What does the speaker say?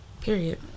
Period